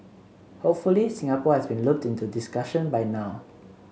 hopefully Singapore has been looped into the discussion by now